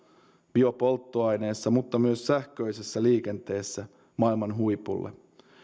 biopolttoaineissa mutta myös sähköisessä liikenteessä maailman huipulle